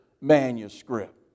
manuscript